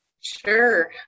Sure